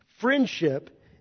Friendship